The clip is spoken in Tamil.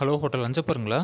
hello hotel அஞ்சப்பருங்களா